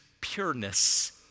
pureness